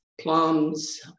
plums